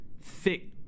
thick